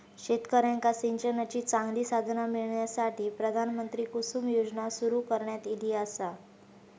शेतकऱ्यांका सिंचनाची चांगली साधना मिळण्यासाठी, प्रधानमंत्री कुसुम योजना सुरू करण्यात ईली आसा